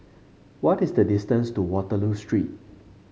what is the distance to Waterloo Street